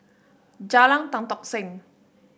Jalan Tan Tock Seng